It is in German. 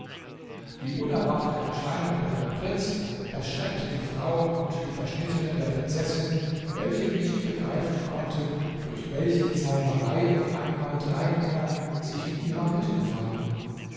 die unerwartete erscheinung der drei prinzen erschreckte die frauen und die verschnittenen der prinzessin welche nicht begreifen konnten durch welche zauberei auf einmal drei männer sich in ihrer mitte befanden